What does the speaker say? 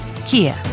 Kia